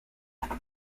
for